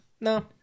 No